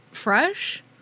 Fresh